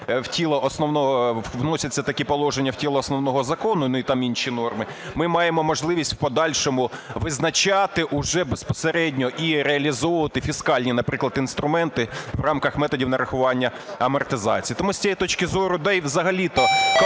вносяться такі положення в тіло основного закону, ну, і там інші норми, ми маємо можливість у подальшому визначати уже безпосередньо і реалізовувати фіскальні, наприклад, інструменти в рамках методів нарахування амортизації. Тому з цієї точки зору, да і взагалі-то